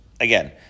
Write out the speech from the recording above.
again